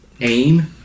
aim